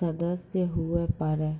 सदस्य हुवै पारै